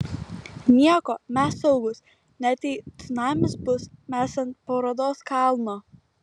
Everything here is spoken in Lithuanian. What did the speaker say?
nieko mes saugūs net jei cunamis bus mes ant parodos kalno